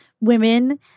women